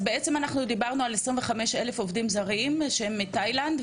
אז בעצם אנחנו דיברנו על 25,000 עובדים זרים שהם מתאילנד,